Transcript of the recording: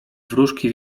wróżki